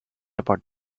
about